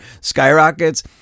skyrockets